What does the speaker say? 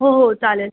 हो हो चालेल